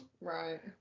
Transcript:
Right